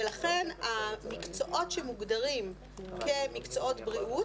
ולכן המקצועות שמוגדרים כמקצועות בריאות,